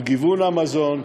על גיוון המזון,